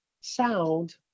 sound